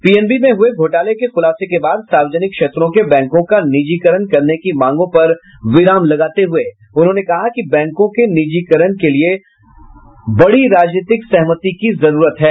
PNB में हुये घोटाले के खुलासे के बाद सार्वजनिक क्षेत्रों के बैंको का निजीकरण करने की मांगों पर विराम लगाते हुये उन्होंने कहा कि बैंकों के निजीकरण के लिए बड़ी राजनीतिक सहमति की जरूरत है